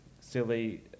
Silly